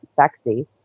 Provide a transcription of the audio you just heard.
sexy